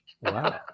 Wow